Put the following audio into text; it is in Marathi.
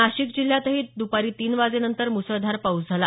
नाशिक जिल्ह्यातही द्रपारी तीन वाजेनंतर मुसळधार पाऊस झाला